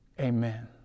amen